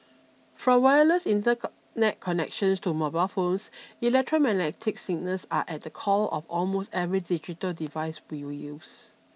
from wireless inter net connections to mobile phones electromagnetic signals are at the core of almost every digital device we use